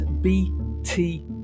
bt